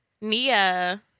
Nia